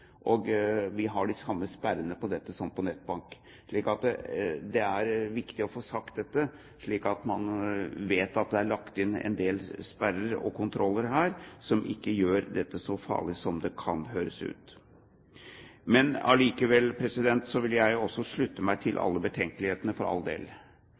Det er viktig å få sagt dette, slik at man vet at det er lagt inn en del sperrer og kontroller her, som gjør at dette ikke er så farlig som det kan høres ut. Men jeg vil likevel også, for all del, slutte meg til